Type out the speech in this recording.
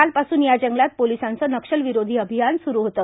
कालपासून या जंगलात पोलिसांचं नक्षलविरोधी अभियान स्रू होतं